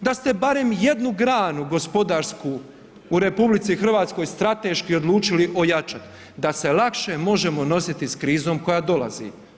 da ste barem jednu granu gospodarsku u RH strateški odlučili ojačati da se lakše možemo nositi s krizom koja dolazi.